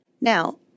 Now